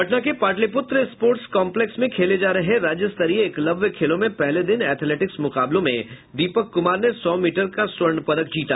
पटना के Pataliputra sports complex में खेले जा रहे राज्य स्तरीय एकलव्य खेलों में पहले दिन एथलेटिक्स मुकाबलों में दीपक कुमार ने सौ मीटर का स्वर्ण पदक जीता